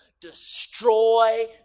destroy